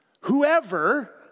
whoever